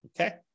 Okay